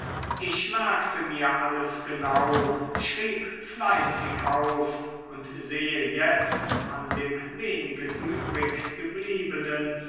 ich merkte mir alles genau schrieb fleißig auf und sehe jetzt an dem wenigen